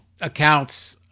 accounts